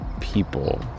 people